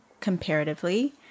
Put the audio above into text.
comparatively